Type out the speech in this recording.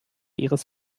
ihres